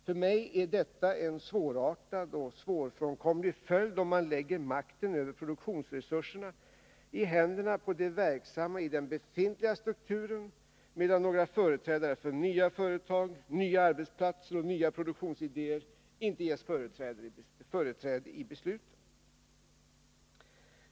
För mig är detta en både svårartad och svårfrånkomlig följd, om man lägger makten över produktionsresurserna i händerna på de verksamma i den befintliga strukturen, medan några företrädare för nya företag, nya arbetsplatser och nya produktionsidéer inte ges företräde vid besluten.